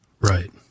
Right